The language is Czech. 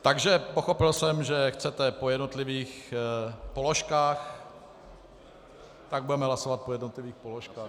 Takže pochopil jsem, že chcete po jednotlivých položkách, tak budeme hlasovat po jednotlivých položkách.